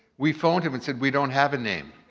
we phoned him and said, we don't have a name.